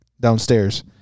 downstairs